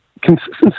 Consistency